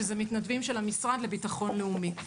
שזה מתנדבים של המשרד לביטחון לאומי.